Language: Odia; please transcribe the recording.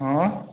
ହଁ